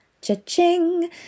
Cha-ching